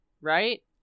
right